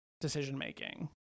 decision-making